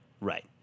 Right